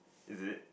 is it